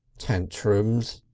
tantrums!